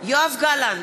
יואב גלנט,